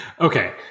okay